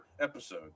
episode